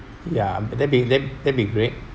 ya that'll be that that'll be great